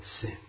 sin